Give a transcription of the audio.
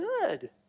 good